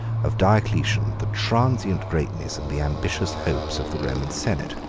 of diocletian the transient greatness, and the ambitious hopes, of the roman senate.